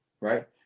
Right